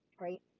right